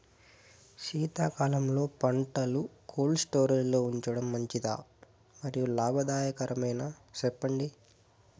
శీతాకాలంలో పంటలు cold storage లో ఉంచడం మంచిదా? మరియు లాభదాయకమేనా, సెప్పండి